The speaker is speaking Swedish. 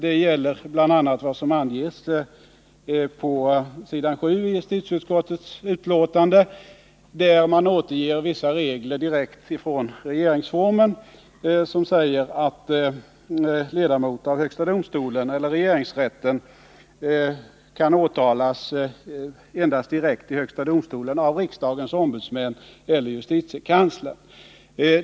Det gäller bl.a. vad som anges på s. 7 i justitieutskottets betänkande, där man återger vissa regler direkt från regeringsformen, som säger att ledamot av högsta domstolen eller regeringsrätten kan åtalas endast direkt i högsta domstolen av riksdagens ombudsmän eller justitiekanslern.